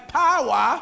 power